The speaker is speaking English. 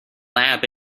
lab